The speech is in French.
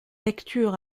lecture